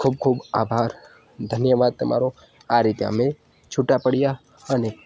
ખૂબ ખૂબ આભાર ધન્યવાદ તમારો આ રીતે અમે છુટ્ટા પડ્યા અને